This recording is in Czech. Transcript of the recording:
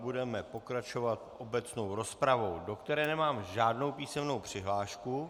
Budeme pokračovat obecnou rozpravou, do které nemám žádnou písemnou přihlášku.